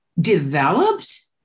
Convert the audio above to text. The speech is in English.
developed